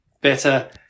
better